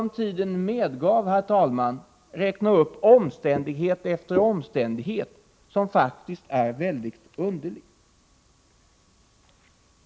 Om tiden medgav skulle jag kunna räkna upp omständighet efter omständighet som faktiskt är väldigt underliga.